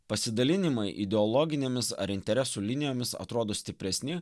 pasidalinimai ideologinėmis ar interesų linijomis atrodo stipresni